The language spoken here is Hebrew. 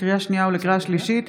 לקריאה שנייה ולקריאה שלישית: